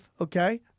Okay